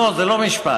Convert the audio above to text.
לא, זה לא משפט.